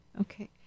Okay